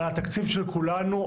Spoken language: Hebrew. על התקציב של כולנו,